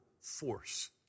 force